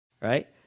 right